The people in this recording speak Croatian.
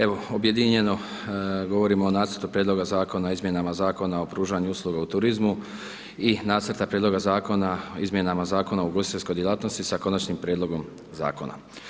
Evo objedinjeno govorimo o Nacrtu prijedloga Zakona o izmjenama Zakona o pružanju usluga u turizmu i Nacrta prijedloga Zakona o izmjenama Zakona o ugostiteljskoj djelatnosti sa Konačnim prijedlogom Zakona.